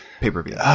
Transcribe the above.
pay-per-view